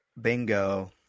Bingo